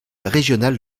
régionale